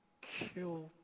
kill